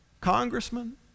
congressman